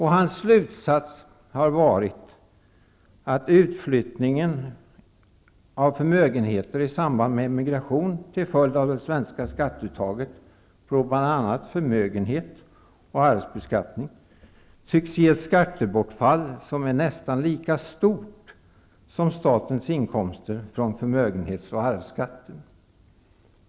Hans slutsats är att utflyttningen av förmögenheter i samband med emigration till följd av det svenska skatteuttaget på bl.a. förmögenhet och arv, tycks ge ett skattebortfall som är nästan lika stort som statens inkomster av förmögenhetsoch arvsskatt.